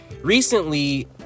recently